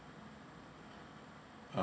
uh